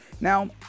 now